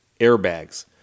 airbags